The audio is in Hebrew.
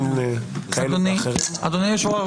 כאלה ואחרים --- אדוני היושב-ראש,